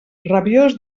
rabiós